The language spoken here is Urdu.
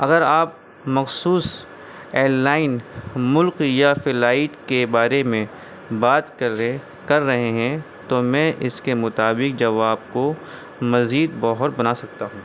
اگر آپ مخصوص ای لائن ملک یا فلائٹ کے بارے میں بات کرے کر رہے ہیں تو میں اس کے مطابق جواب کو مزید بہور بنا سکتا ہوں